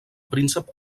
príncep